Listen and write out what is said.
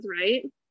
right